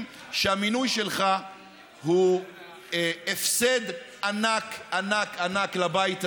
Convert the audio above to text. שהמינוי שלך הוא הפסד ענק ענק לבית הזה,